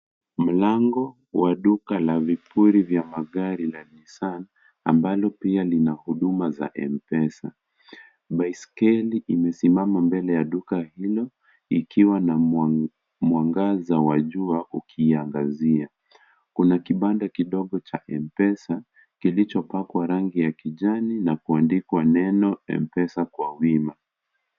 Mlango wa duka la vipuri vya gari la Nissan ambalo pia lina huduma ya mpesa. Baiskeli imesimama mbele ya duko hiyo ikiwa na mwangaza wa jua ukiiangazia, kuna kibanda kidogo cha mpesa kilichopakwa rangi ya kijani na kuandika neno Mpesa kwa wima.